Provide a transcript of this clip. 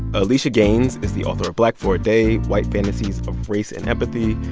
alisha gaines is the author of black for a day white fantasies of race and empathy.